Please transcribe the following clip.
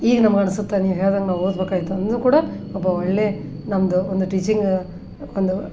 ಈಗ ನಮ್ಗನ್ಸುತ್ತೆ ನೀವು ಹೇಳ್ದಂಗೆ ನಾ ಓದಬೇಕಾಯ್ತು ಅಂದರೂ ಕೂಡ ಒಬ್ಬ ಒಳ್ಳೆಯ ನಮ್ಮದು ಒಂದು ಟೀಚಿಂಗ್ ಒಂದು